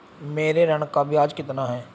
मेरे ऋण का ब्याज कितना है?